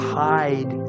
hide